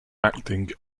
acting